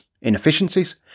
inefficiencies